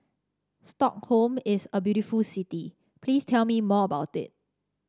Stockholm is a very beautiful city please tell me more about it